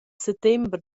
settember